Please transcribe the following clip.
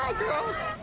girls!